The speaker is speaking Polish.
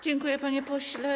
Dziękuję, panie pośle.